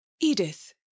Edith